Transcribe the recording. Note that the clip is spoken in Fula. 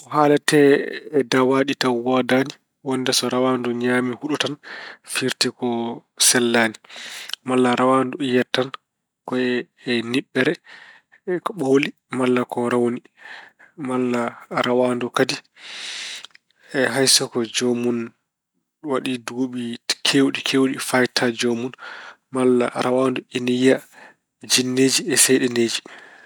Ko haalate e dawaaɗi taw woodaani wonde so rawandu ñaami huɗo tan firti ko sellaani. Malla rawaandu yiyata tan ko e niɓɓere ko ɓaawli malla ko rawni. Malla rawandu kadi hay so ko joomun waɗi duuɓi keewɗi keewɗi faaytataa joomun. Malla rawandu ina yiya jinneeji.